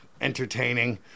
entertaining